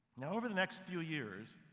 over the next few years,